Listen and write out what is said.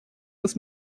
this